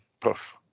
Poof